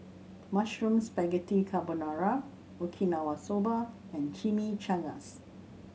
Mushroom Spaghetti Carbonara Okinawa Soba and Chimichangas